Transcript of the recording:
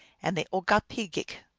and the ogokpcgeajc,